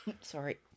Sorry